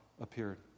appeared